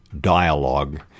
dialogue